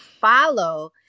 follow